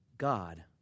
God